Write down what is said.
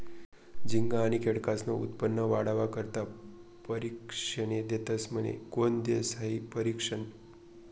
झिंगा आनी खेकडास्नं उत्पन्न वाढावा करता परशिक्षने देतस म्हने? कोन देस हायी परशिक्षन?